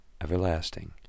everlasting